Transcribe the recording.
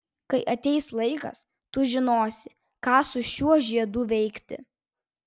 kai ateis laikas tu žinosi ką su šiuo žiedu veikti